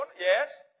Yes